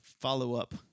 follow-up